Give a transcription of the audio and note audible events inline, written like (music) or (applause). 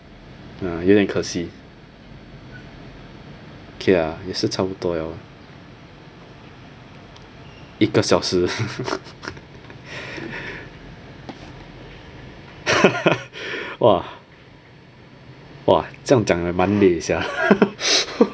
ah 有点可惜 okay lah 也是差不多 liao 一个小时 (laughs) !wah! !wah! 这样讲了也蛮累 sia (laughs)